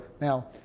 now